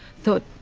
thought,